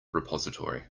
repository